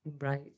right